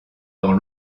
dans